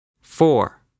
four